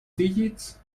digits